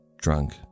drunk